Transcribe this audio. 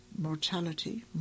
mortality